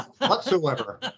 whatsoever